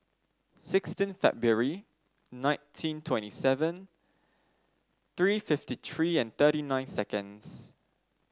sixteen February nineteen twenty seven three fifty three and thirty nine seconds